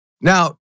Now